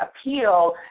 appeal